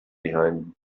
behind